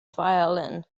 violin